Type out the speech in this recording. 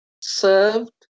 served